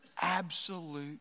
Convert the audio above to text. absolute